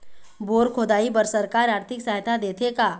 Bore खोदाई बर सरकार आरथिक सहायता देथे का?